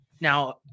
Now